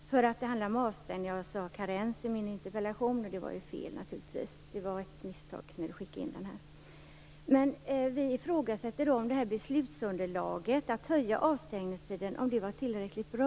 Det handlar alltså om avstängning. Jag skrev "karens" i min interpellation, men det var naturligtvis fel. Det var ett misstag. Vi ifrågasätter om beslutsunderlaget för att utöka avstängningstiden var tillräckligt bra.